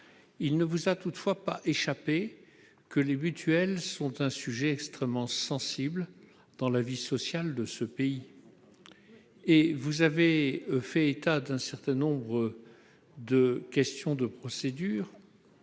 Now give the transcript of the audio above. Il ne vous aura toutefois pas échappé que le sujet des mutuelles est extrêmement sensible dans la vie sociale de ce pays. Vous avez fait état d'un certain nombre de questions de procédure,